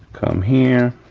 come here,